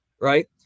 right